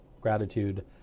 gratitude